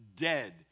dead